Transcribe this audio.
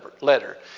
letter